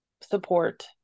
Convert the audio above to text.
support